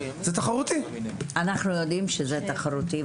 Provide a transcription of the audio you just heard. אנחנו יודעים שזה תחרותי,